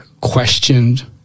questioned